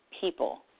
people